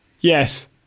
Yes